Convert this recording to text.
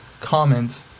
comment